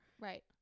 Right